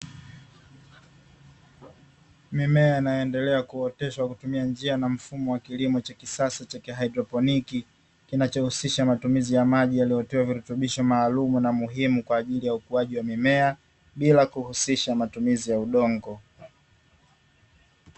Mimea inayoendelea kuoteshwa kwa kutumia njia na mfumo wa kilimo cha kisasa cha haidroponi, kinachohusisha matumizi ya maji yaliyotiwa virutubisho maalumu na muhimu kwa ajili ya ukuaji wa mimea, bila kuhusisha matumizi ya udongo.